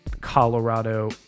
Colorado